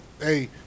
hey